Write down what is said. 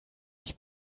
ich